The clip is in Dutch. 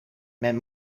men